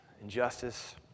injustice